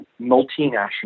multinational